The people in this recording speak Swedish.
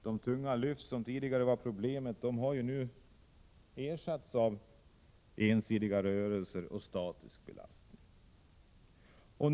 De tunga lyften som tidigare var problem har nu ersatts av ensidiga rörelser och statisk belastning.